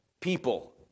people